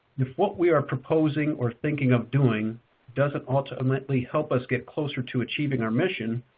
if what we are proposing or thinking of doing doesn't ultimately help us get closer to achieving our mission,